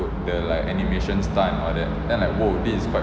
put the like animation style then I was like !wow! this is quite